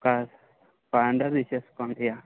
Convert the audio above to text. ఒక five hundred తీసేసుకోండి ఇక